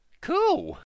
Cool